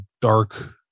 dark